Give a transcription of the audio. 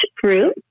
fruit